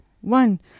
one